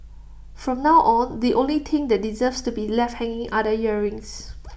from now on the only thing that deserves to be left hanging are the earrings